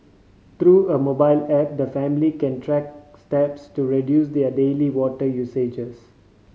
through a mobile app the family can track steps to reduce their daily water usages